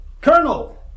Colonel